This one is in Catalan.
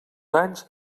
anys